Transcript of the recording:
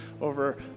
over